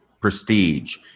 prestige